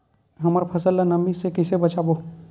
हमर फसल ल नमी से क ई से बचाबो?